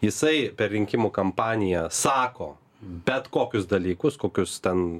jisai per rinkimų kampaniją sako bet kokius dalykus kokius ten